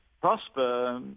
prosper